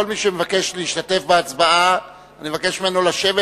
כל מי שמבקש להשתתף בהצבעה, אני מבקש ממנו לשבת.